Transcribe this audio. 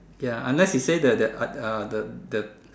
ya unless you say that there are are the the